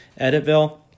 Editville